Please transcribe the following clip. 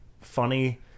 funny